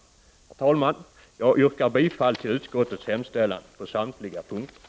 Herr talman! Jag yrkar bifall till utskottets hemställan på samtliga punk